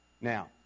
now